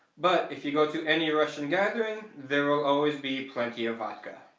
but if you go to any russian gathering there will always be plenty of vodka.